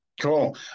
Cool